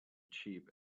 cheap